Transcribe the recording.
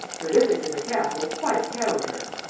her visit to the castle quite cowed her.